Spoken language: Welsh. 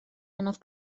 anodd